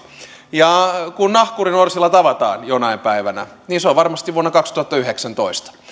ja kun nahkurin orsilla tavataan jonain päivänä niin se on varmasti vuonna kaksituhattayhdeksäntoista